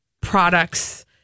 products